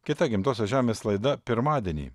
kita gimtosios žemės laida pirmadienį